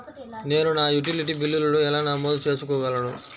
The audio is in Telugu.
నేను నా యుటిలిటీ బిల్లులను ఎలా నమోదు చేసుకోగలను?